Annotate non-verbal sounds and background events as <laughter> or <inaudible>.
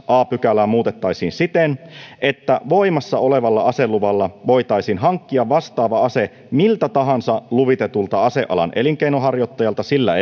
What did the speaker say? a pykälää muutettaisiin siten että voimassa olevalla aseluvalla voitaisiin hankkia vastaava ase miltä tahansa luvitetulta asealan elinkeinonharjoittajalta sillä <unintelligible>